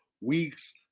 weeks